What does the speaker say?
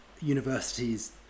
universities